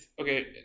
Okay